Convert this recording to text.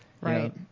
Right